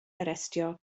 arestio